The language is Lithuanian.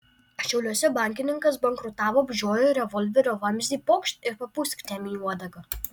šiauliuose bankininkas bankrutavo apžiojo revolverio vamzdį pokšt ir papūskit jam į uodegą